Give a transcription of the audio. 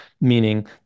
meaning